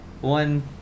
one